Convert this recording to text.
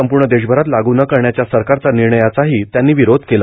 संपूर्ण देशभरात लागू न करण्याच्या सरकारचा निर्णयाचाही त्यांनी विरोध केला